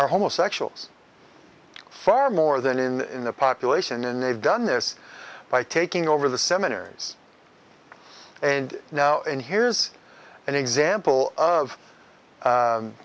are homosexuals far more than in the population and they've done this by taking over the seminaries and now and here's an example of